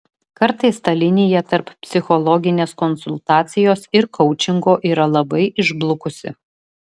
kartais ta linija tarp psichologinės konsultacijos ir koučingo yra labai išblukusi